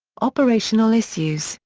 operational issues,